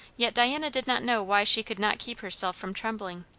yet diana did not know why she could not keep herself from trembling.